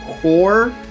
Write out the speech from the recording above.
core